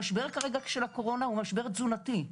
המשבר כרגע של הקורונה, הוא משבר תזונתי.